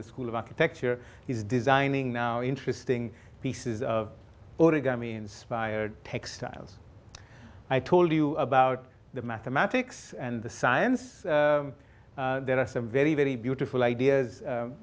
the school of architecture is designing now interesting pieces of origami inspired textiles i told you about the mathematics and the science there are some very very beautiful ideas